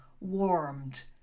warmed